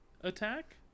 attack